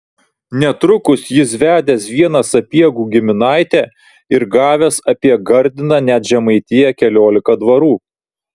netrukus jis vedęs vieną sapiegų giminaitę ir gavęs apie gardiną net žemaitiją keliolika dvarų